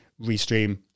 Restream